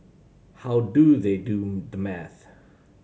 how do they do the maths